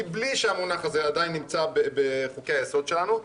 מבלי שהמונח נמצא בחוקי היסוד שלנו,